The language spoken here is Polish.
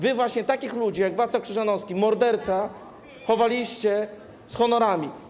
Wy właśnie takich ludzi jak Wacław Krzyżanowski, morderca, chowaliście z honorami.